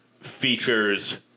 features